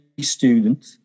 student